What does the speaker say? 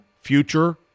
future